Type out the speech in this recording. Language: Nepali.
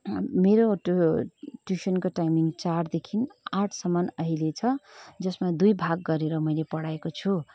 मेरो ट्युसनको टाइमिङ चारदेखिन् आठसम्म अहिले छ जसमा दुई भाग गरेर मैले पढाएको छु